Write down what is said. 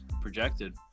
projected